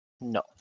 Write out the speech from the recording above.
No